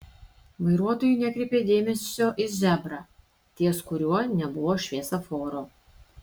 vairuotojai nekreipė dėmesio į zebrą ties kuriuo nebuvo šviesoforo